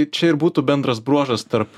čia ir būtų bendras bruožas tarp